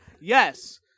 Yes